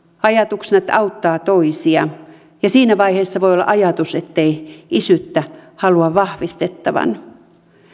ajatuksena että auttaa toisia ja siinä vaiheessa voi olla ajatus ettei isyyttä halua vahvistettavan